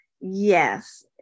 Yes